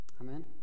Amen